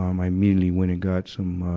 um, i immediately went and got some, um,